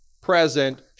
Present